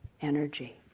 energy